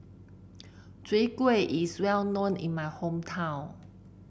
Chwee Kueh is well known in my hometown